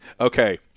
okay